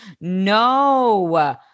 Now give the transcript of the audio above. No